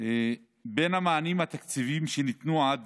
בין המענים התקציביים שניתנו עד